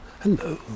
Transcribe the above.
Hello